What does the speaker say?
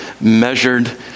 measured